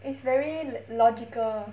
it's very logical